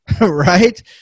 Right